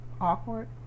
awkward